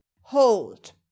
hold